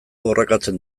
borrokatzen